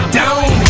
down